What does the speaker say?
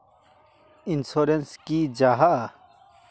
Insurance की जाहा?